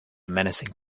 menacing